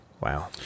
wow